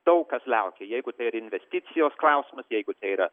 daug kas laukia jeigu tai yra investicijos klausimas jeigu tai yra